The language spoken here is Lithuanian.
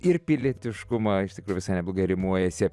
ir pilietiškumą iš tikrųjų visai neblogai rimuojasi